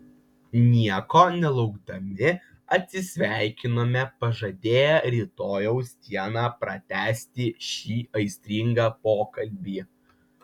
nieko nelaukdami atsisveikinome pažadėję rytojaus dieną pratęsti šį aistringą pokalbį